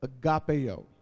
agapeo